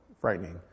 frightening